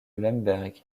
lemberg